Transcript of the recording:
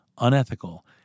unethical